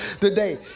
today